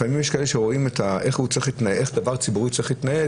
לפעמים יש כאלה שרואים איך דבר ציבורי צריך להתנהל.